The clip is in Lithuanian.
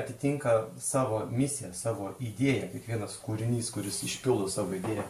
atitinka savo misiją savo idėją kiekvienas kūrinys kuris išpildo savo idėją